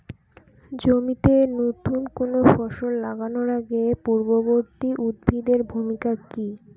জমিতে নুতন কোনো ফসল লাগানোর আগে পূর্ববর্তী উদ্ভিদ এর ভূমিকা কি?